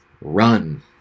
run